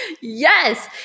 yes